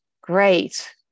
great